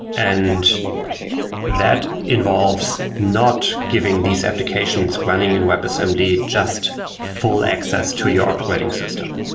and that involves not giving these applications running in webassembly just full access to your operating system.